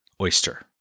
oyster